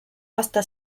hasta